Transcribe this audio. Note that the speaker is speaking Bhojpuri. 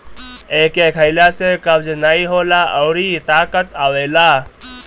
एके खइला से कब्ज नाइ होला अउरी ताकत आवेला